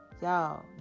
y'all